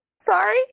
sorry